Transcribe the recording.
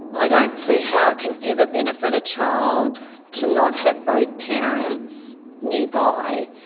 i don't see how it can ever benefit a child to not have both parents nearby.